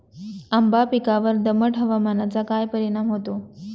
आंबा पिकावर दमट हवामानाचा काय परिणाम होतो?